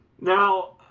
Now